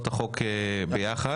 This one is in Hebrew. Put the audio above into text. מירב, החוק הזה לא יבוא, אל תדאגי.